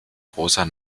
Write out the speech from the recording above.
großer